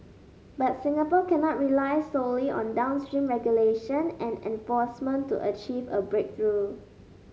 but Singapore cannot rely solely on downstream regulation and enforcement to achieve a breakthrough